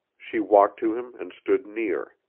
she walked to him and stood near.